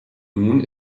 nun